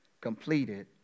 completed